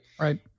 Right